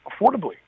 affordably